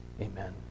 Amen